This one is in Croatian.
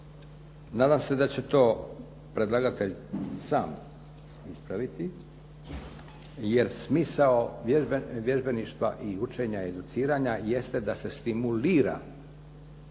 Nadam se da će to predlagatelj sam ispraviti jer smisao vježbeništva i učenja, educiranja jeste da se stimulira